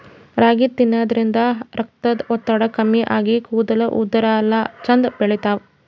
ರಾಗಿ ತಿನ್ನದ್ರಿನ್ದ ರಕ್ತದ್ ಒತ್ತಡ ಕಮ್ಮಿ ಆಗಿ ಕೂದಲ ಉದರಲ್ಲಾ ಛಂದ್ ಬೆಳಿತಾವ್